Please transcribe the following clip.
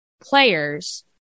players